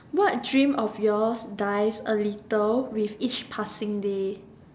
what dreams of yours dies a little with each passing day